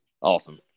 Awesome